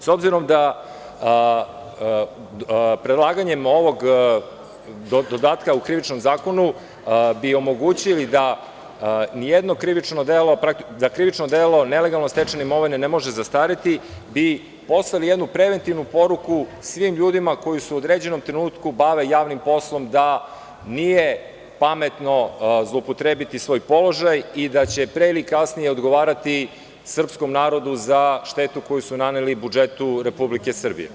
S obzirom da predlaganjem ovog dodatka u Krivičnom zakonu bi omogućili da ni jedno krivično delo nelegalno stečene imovine ne može zastariti i poslati jednu preventivnu poruku svim ljudima koji su se u određenom trenutku bavili javnim poslom, da nije pametno zloupotrebiti svoj položaj i da će pre ili kasnije odgovarati srpskom narodu za štetu koju su naneli budžetu Republike Srbije.